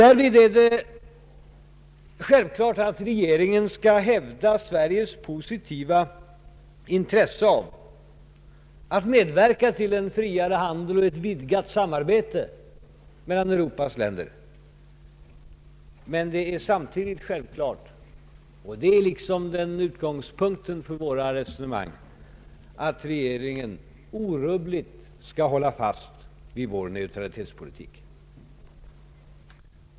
Därvid är det givet att regeringen skall hävda Sveriges positiva intresse av att medverka till en friare handel och ett vidgat samarbete mellan Europas länder, men det är också självklart — och det är liksom utgångspunkten för våra resonemang — att regeringen orubbligt skall hålla fast vid vår neutralitetspolitik.